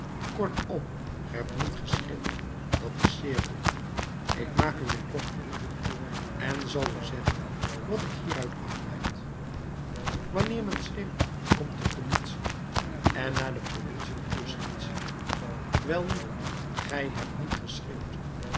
kortom ge hebt niet geschreeuwd dat is zeer goed ik maak u mijn compliment en zal u zeggen wat ik hieruit afleid wanneer men schreeuwt komt de politie en na de politie de justitie welnu gij hebt niet geschreeuwd